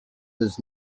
does